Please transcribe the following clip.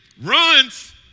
Runs